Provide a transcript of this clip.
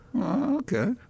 Okay